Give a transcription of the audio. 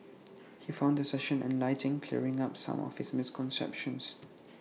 he found the session enlightening clearing up some of his misconceptions